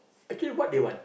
actually what they want